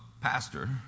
pastor